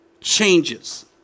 changes